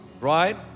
right